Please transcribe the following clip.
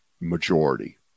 majority